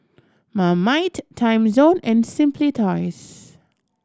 Marmite Timezone and Simply Toys